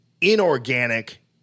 inorganic